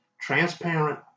Transparent